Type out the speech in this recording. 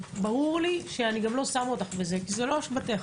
ברור לי שאני גם לא שמה אותך בזה כי זה לא אשמתך.